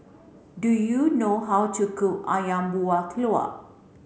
do you know how to cook Ayam Buah Keluak